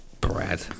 bread